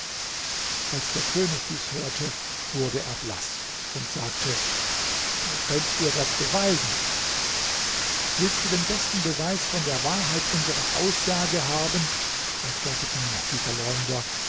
als der könig dies hörte wurde er blaß und sagte könnt ihr das beweisen willst du den besten beweis von der wahrheit unserer aussage haben antworteten die verleumder